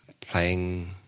playing